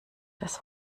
das